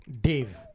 Dave